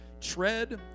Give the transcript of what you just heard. tread